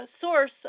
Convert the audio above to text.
source